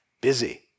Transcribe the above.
Busy